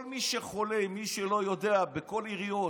כל מי שחולה, מי שלא יודע, בכל העיריות,